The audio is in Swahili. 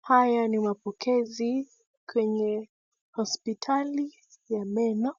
Haya ni mapokezi kwenye hospitali ya meno